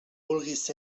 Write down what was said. vulguis